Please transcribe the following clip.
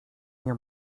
nie